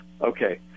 okay